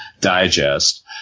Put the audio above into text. digest